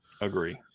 Agree